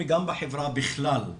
וגם בחברה בכלל,